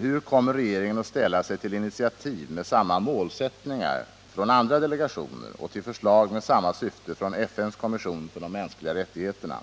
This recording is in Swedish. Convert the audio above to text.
Hur kommer regeringen att ställa sig till initiativ med samma målsättningar från andra delegationer och till förslag med samma syfte från FN:s kommission för de mänskliga rättigheterna?